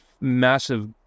massive